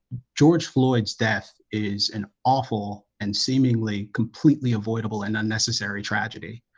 george floyd's death is an awful and seemingly completely avoidable and unnecessary tragedy